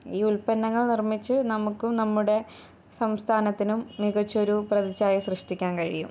ഈ ഉൽപ്പന്നങ്ങൾ നിർമ്മിച്ച് നമുക്കും നമ്മുടെ സംസ്ഥാനത്തിനും മികച്ചൊരു പ്രതിച്ഛായ സൃഷ്ടിക്കാൻ കഴിയും